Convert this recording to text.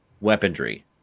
weaponry